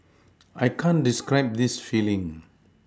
I can't describe this feeling